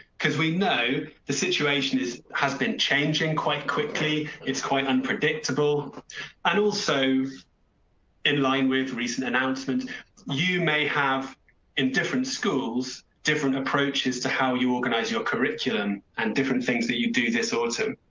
because we know the situation is has been changing quite quickly. it's quite unpredictable and also in line with recent announcements you may have in different schools different approaches to how you organize your curriculum and different things that you do this autumn.